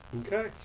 Okay